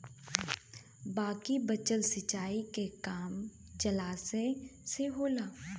बाकी बचल सिंचाई के काम जलाशय से होला